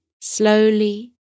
slowly